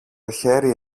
χέρι